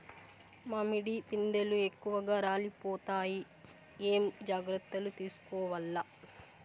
మామిడి పిందెలు ఎక్కువగా రాలిపోతాయి ఏమేం జాగ్రత్తలు తీసుకోవల్ల?